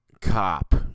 cop